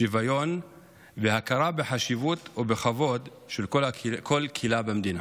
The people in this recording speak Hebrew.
שוויון והכרה בחשיבות ובכבוד של כל קהילה במדינה.